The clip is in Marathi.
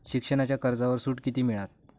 शिक्षणाच्या कर्जावर सूट किती मिळात?